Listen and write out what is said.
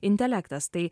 intelektas tai